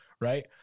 right